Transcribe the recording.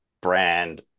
brand